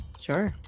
Sure